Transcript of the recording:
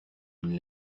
une